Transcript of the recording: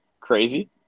Crazy